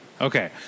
Okay